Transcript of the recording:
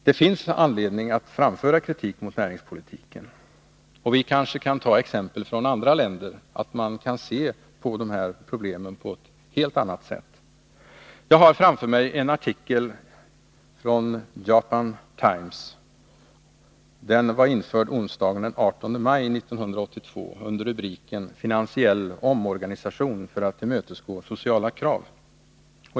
Det finns anledning att framföra kritik mot näringspolitiken. Vi kanske kan ta exempel från andra länder, som visar att man kan se på dessa problem på ett helt annat sätt. Jag har framför mig en artikel från Japan Times. Den varinförd onsdagen den 18 maj under rubriken Finansiell omorganisation för att tillmötesgå sociala krav.